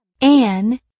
Anne